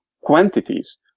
quantities